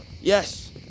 Yes